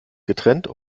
getrennt